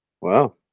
Wow